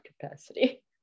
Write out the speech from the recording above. capacity